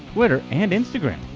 twitter, and instagram.